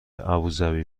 ابوذبی